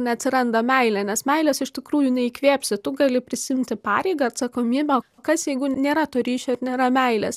neatsiranda meilė nes meilės iš tikrųjų neįkvėpsi tu gali prisiimti pareigą atsakomybę kas jeigu nėra to ryšio ir nėra meilės